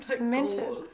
minted